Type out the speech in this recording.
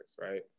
right